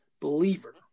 believer